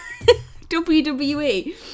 WWE